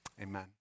amen